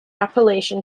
appalachian